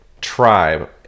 tribe